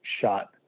shot